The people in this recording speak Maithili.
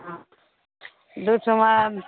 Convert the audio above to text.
दू समाद